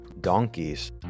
donkeys